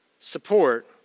Support